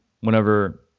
whenever